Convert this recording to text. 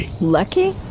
Lucky